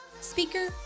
Speaker